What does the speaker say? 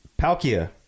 Palkia